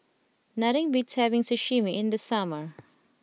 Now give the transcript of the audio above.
nothing beats having Sashimi in the summer